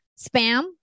spam